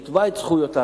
יתבע את זכויותיו,